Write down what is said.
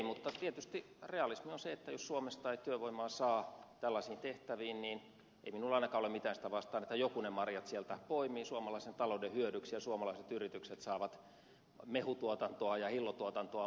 mutta tietysti realismia on se että jos suomesta ei työvoimaa saa tällaisiin tehtäviin niin ei minulla ainakaan ole mitään sitä vastaan että joku ne marjat sieltä poimii suomalaisen talouden hyödyksi ja suomalaiset yritykset saavat mehutuotantoaan ja hillotuotantoaan pyörimään